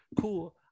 Cool